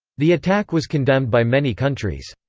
the attack was condemned by many countries.